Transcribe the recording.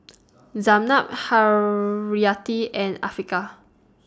Zaynab Haryati and Afiqah